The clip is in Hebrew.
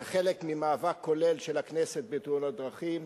זה חלק ממאבק כולל של הכנסת בתאונות דרכים.